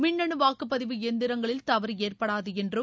மின்னணு வாக்குப்பதிவு எந்திரங்களில் தவறு ஏற்படாது என்றும்